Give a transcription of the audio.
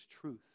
truth